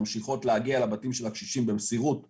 ממשיכות להגיע לבתים של הקשישים במסירות ומחויבות,